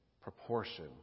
proportion